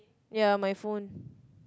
ya my phone